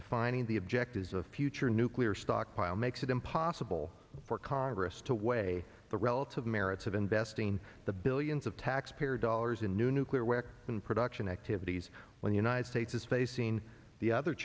defining the objectives of future nuclear stockpile makes it impossible for congress to weigh the relative merits of investing the billions of taxpayer dollars in new nuclear weapon production activities when the united states is facing the other